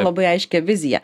labai aiškią viziją